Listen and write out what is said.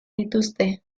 dituzte